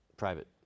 private